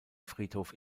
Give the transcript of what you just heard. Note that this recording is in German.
friedhof